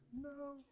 No